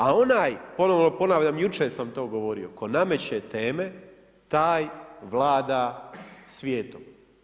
A onaj, ponovno ponavljam, jučer sam to govorio, tko nameće teme, taj vlada svijetom.